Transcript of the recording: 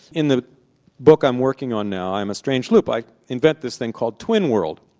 in the book i'm working on now, i'm a strange loop, i invent this thing called twinworld,